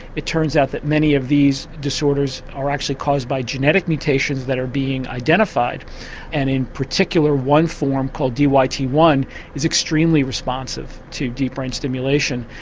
it turns out that many of these disorders are actually caused by genetic mutations that are being identified and in particular one form called d y t one is extremely responsive to deep brain stimulation.